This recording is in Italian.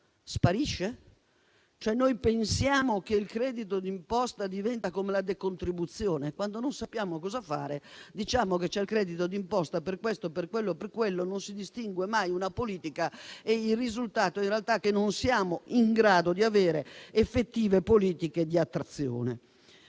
Sparisce? Cioè noi pensiamo che il credito d'imposta diventa come la decontribuzione? Quando non sappiamo cosa fare, diciamo che c'è il credito d'imposta per questo e per quello, ma non si distingue mai una politica, e il risultato in realtà è che non siamo in grado di avere effettive politiche di attrazione.